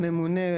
לממונה,